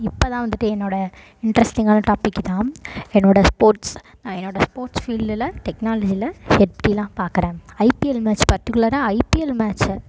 இப்போ தான் வந்துவிட்டு என்னோடய இன்ட்ரெஸ்டிங்கான டாபிக் இதான் என்னோடய ஸ்போர்ட்ஸ் என்னோடய ஸ்போர்ட்ஸ் ஃபீல்டில் டெக்னாலஜியில் எப்படிலாம் பார்க்கறேன் ஐபிஎல் மேட்ச் பர்டிகுலராக ஐபிஎல் மேட்ச்சை